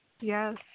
Yes